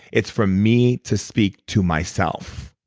it's from me to speak to myself.